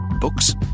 Books